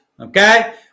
okay